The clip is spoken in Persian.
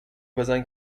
بزن